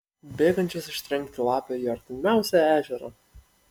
bėgančios ištrenkti lapę į artimiausią ežerą